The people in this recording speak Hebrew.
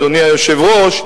אדוני היושב-ראש,